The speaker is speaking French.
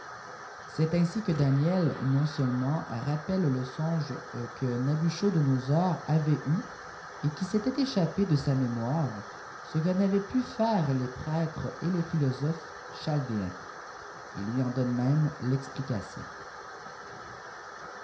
c'est ainsi que daniel non seulement rappelle le songe que nabuchodonosor avait eu et qui s'était échappé de sa mémoire ce que n'avaient pu faire les prêtres et les philosophes chaldécns il lui en donne même l'explication